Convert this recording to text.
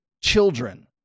children